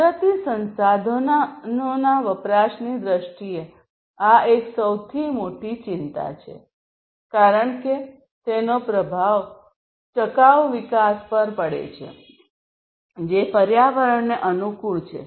કુદરતી સંસાધનોના વપરાશની દ્રષ્ટિએ આ એક સૌથી મોટી ચિંતા છે કારણ કે તેનો પ્રભાવ ટકાઉ વિકાસ પર પડે છે જે પર્યાવરણને અનુકૂળ છે